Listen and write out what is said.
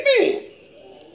Amen